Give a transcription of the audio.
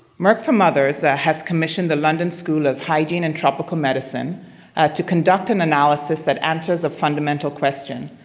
merck for mothers has commissioned the london school of hygiene and tropical medicine to conduct an analysis that answers a fundamental question.